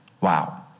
Wow